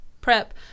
prep